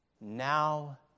Now